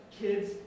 kids